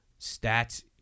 stats